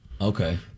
Okay